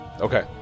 Okay